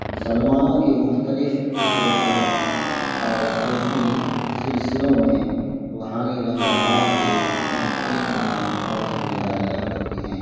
مسلمانوں کے مختلف فرقوں اور صوفی سلسلوں میں روحانی رہنماؤں کی مختلف نام اور ذمہ داریاں ہوتی ہیں